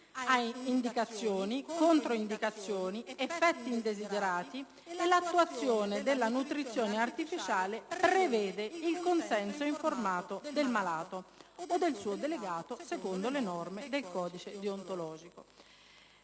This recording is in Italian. ha indicazioni, controindicazioni ed effetti indesiderati e la sua attuazione prevede il consenso informato del malato o del suo delegato, secondo le norme del codice deontologico.